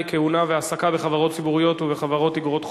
כהונה והעסקה בחברות ציבוריות ובחברות איגרות חוב),